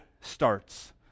starts